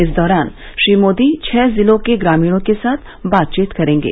इस दौरान श्री मोदी छह जिलों के ग्रामीणों के साथ बातचीत करेंगे